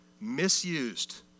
misused